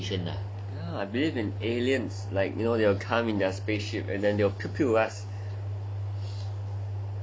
ya I believe in aliens like you know they'll come in their spaceship and then they'll piew piew us